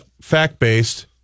Fact-based